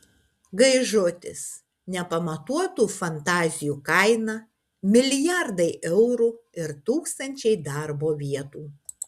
gaižutis nepamatuotų fantazijų kaina milijardai eurų ir tūkstančiai darbo vietų